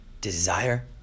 desire